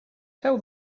tell